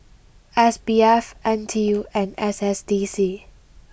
S B F N T U and S S D C